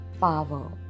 Power